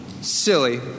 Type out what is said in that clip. silly